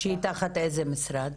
שהיא תחת איזה משרד?